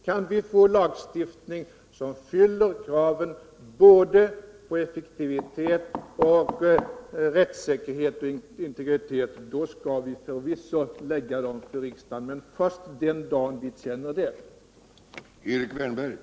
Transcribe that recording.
Kan vi få en lagstiftning som fyller kravet på effektivitet, rättssäkerhet och integritet, skall vi förvisso lägga fram de förslagen inför riksdagen, men det gör vi först den dag vi känner att vi har lyckts med det.